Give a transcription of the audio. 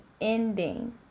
ending